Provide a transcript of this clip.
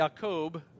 Jacob